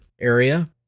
area